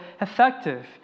effective